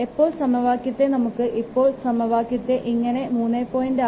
എപ്പോൾ സമവാക്യത്തെ നമുക്ക് ഇപ്പോൾ സമവാക്യത്തെ ഇങ്ങനെ 3